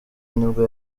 nibwo